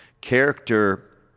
character